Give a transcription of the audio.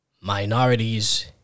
minorities